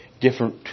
different